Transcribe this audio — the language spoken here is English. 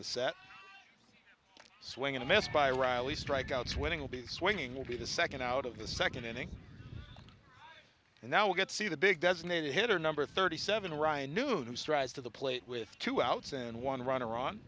the set swinging a miss by riley strikeouts when it will be swinging will be the second out of the second inning and now we get to see the big designated hitter number thirty seven ryan newman strides to the plate with two outs and one runner on